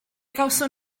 gawson